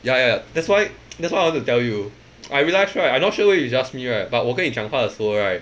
ya ya that's why that's why I want to tell you I realise right I not sure whether it's just me right but 我跟你讲话的时候 right